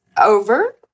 over